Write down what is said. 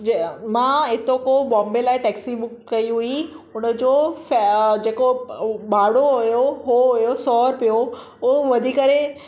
जे मां हितां खां बॉम्बे लाइ टॅक्सी बुक कई हुई हुनजो फै जेको उहो भाड़ो हुओ उहो हुओ सौ रुपयो उहो वधी करे